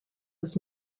was